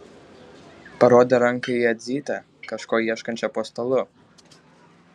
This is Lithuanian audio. parodė ranka į jadzytę kažko ieškančią po stalu